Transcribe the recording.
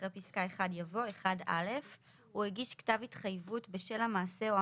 אחרי פסקה (1) יבוא: תיקון שמגביל את הסמכות לקבוע את הפיצוי ללא